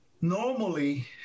normally